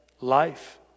life